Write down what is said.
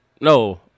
No